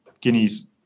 Guineas